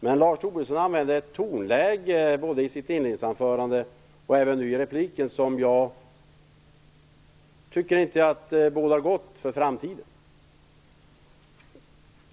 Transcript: Men Lars Tobisson använde ett tonläge både i sitt inledningsanförande och även nu i repliken som jag inte tycker bådar gott för framtiden.